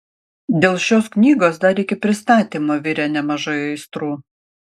dėl šios knygos dar iki pristatymo virė nemažai aistrų